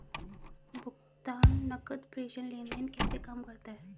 भुगतान नकद प्रेषण लेनदेन कैसे काम करता है?